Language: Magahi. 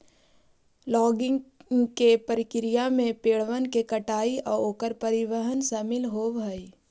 लॉगिंग के प्रक्रिया में पेड़बन के कटाई आउ ओकर परिवहन शामिल होब हई